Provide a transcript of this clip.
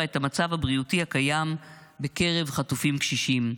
את המצב הבריאותי הקיים בקרב חטופים קשישים,